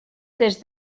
des